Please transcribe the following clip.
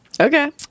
Okay